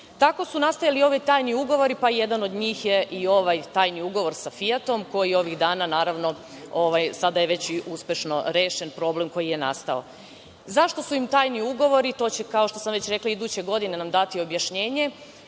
Tako su nastajali ovi tajni ugovori, pa i jedan od njih je i ovaj tajni ugovor sa „Fijatom“, koji ovih dana, sada je uspešno rešen problem koji je nastao.Zašto su im tajni ugovori? To će, kao što sam rekla, iduće godine nam dati objašnjenje,